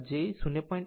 8 Ω આવે છે